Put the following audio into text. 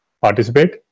participate